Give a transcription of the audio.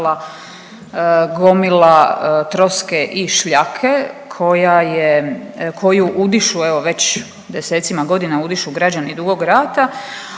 gomila troske i šljake koja je, koju udišu evo već desecima godina udišu građani Dugog Rata,